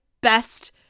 best